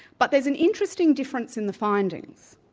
but there's an interesting difference in the finding.